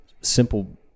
simple